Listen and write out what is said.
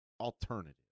alternative